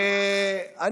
תגיד לנו, מי קבע?